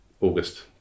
August